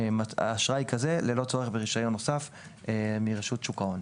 באשראי כזה ללא צורך ברישיון נוסף מרשות שוק ההון.